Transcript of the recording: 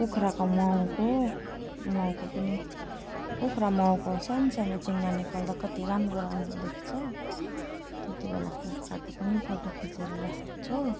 कुखुराको माउको माउको पनि कुखुरा माउको सान्सानो चिङ्ना निकाल्दा कति राम्रो राम्रो देख्छ त्यति बेला कुखुराको पनि फोटो खिचेर राखेको छु